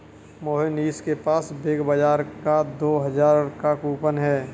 मोहनीश के पास बिग बाजार का दो हजार का कूपन है